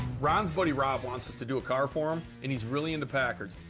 ron's buddy rob wants us to do a car for him, and he's really into packards.